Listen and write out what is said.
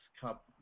Cup